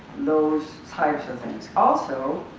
those types of things. also,